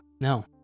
No